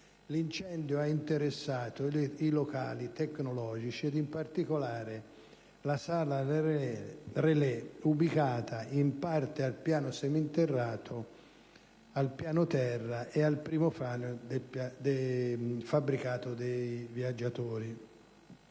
L'incendio ha interessato i locali tecnologici, ed in particolare la sala relè, ubicata in parte al piano seminterrato, al piano terra ed al primo piano del fabbricato viaggiatori.